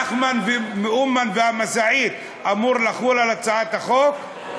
נחמן מאומן והמשאית, הצעת החוק אמורה לחול על זה?